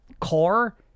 core